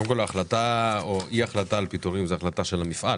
ההחלטה או אי ההחלטה על פיטורים זו החלטה של המפעל,